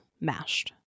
mashed